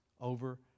over